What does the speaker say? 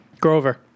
Grover